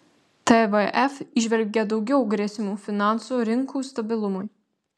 tvf įžvelgia daugiau grėsmių finansų rinkų stabilumui